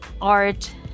Art